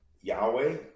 Yahweh